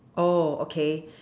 oh okay